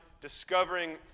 discovering